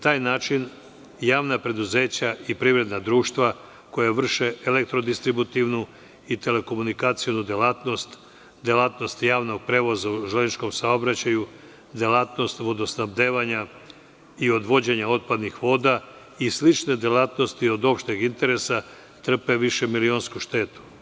Javna preduzeća i privredna društva koja vrše elektrodistributivnu i telekomunikacionu delatnost, delatnost javnog prevoza u železničkom saobraćaju, delatnost vodosnabdevanja i odvođenja otpadnih voda i slične delatnosti od opšteg interesa, na taj način trpe višemilionsku štetu.